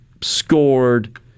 scored